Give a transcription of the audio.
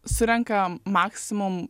surenka maksimum